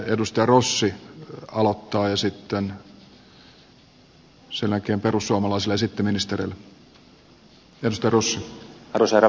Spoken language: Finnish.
edustaja rossi aloittaa ja sitten sen jälkeen perussuomalaisille ja sitten ministereille